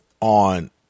On